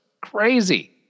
Crazy